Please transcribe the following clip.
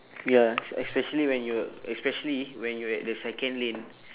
ya es~ especially when you're especially when you're at the second lane